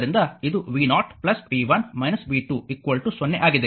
ಆದ್ದರಿಂದ ಇದು v0 v 1 v 2 0 ಆಗಿದೆ